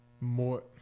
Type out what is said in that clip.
more